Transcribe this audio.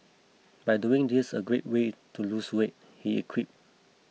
but doing this a great way to lose weight he equipped